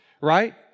right